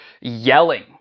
yelling